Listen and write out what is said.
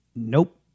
Nope